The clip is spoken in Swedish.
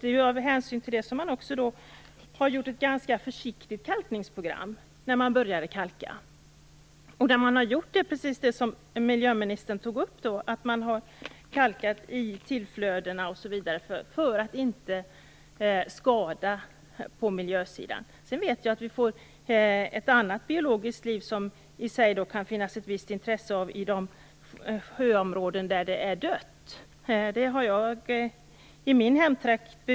Det är av hänsyn till det som man har gjort ett ganska försiktigt kalkningsprogram när man började kalka. Man har kalkat i tillflödena, precis som miljöministern tog upp, för att inte skada miljön. Sedan vet jag att vi får ett annat biologiskt liv som det kan finnas ett visst intresse av i de sjöområden som är döda. Det har jag bevis för i min hemtrakt.